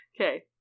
Okay